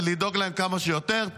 ולדאוג להם כמה שיותר.